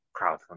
crowdfunding